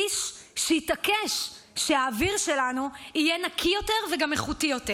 איש שהתעקש שהאוויר שלנו יהיה נקי יותר וגם איכותי יותר,